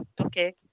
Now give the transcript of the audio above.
okay